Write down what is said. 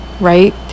Right